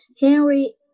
Henry